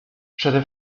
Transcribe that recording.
przede